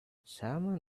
salmon